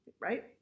right